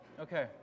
Okay